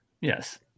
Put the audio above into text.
Yes